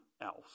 else